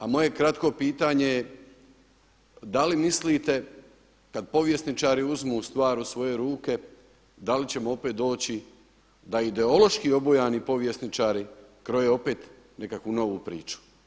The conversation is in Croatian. A moje kratko pitanje je, da li mislite kada povjesničari uzmu stvar u svoje ruke da li ćemo opet doći da ideološki obojeni povjesničari kroje opet nekakvu novu priču?